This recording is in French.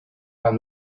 pas